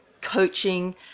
coaching –